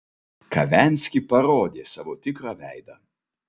kavenski parodė savo tikrą veidą